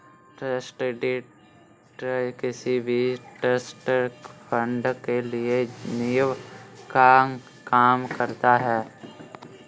trust deed किसी भी trust fund के लिए नीव का काम करता है